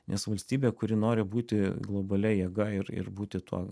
nes valstybė kuri nori būti globalia jėga ir ir būti tuo